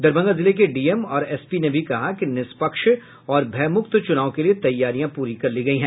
दरभंगा जिले के डीएम और एसपी ने भी कहा कि निष्पक्ष और भयमुक्त चुनाव के लिये तैयारियां पूरी कर ली गई है